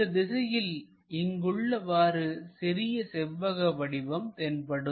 இந்த திசையில் இங்குள்ளவாறு சிறிய செவ்வக வடிவம் தென்படும்